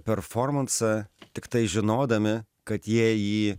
performansą tiktai žinodami kad jie jį